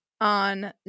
on